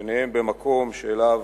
ביניהם במקום שאליו